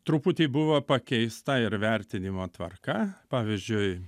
truputį buvo pakeista ir vertinimo tvarka pavyzdžiui